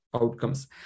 outcomes